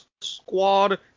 squad